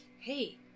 Hey